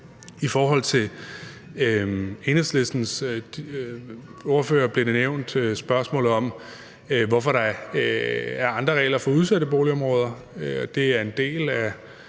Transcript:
giver mening. Enhedslistens ordfører stillede et spørgsmål om, hvorfor der er andre regler for udsatte boligområder. Det er en del af